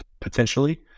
potentially